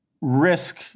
risk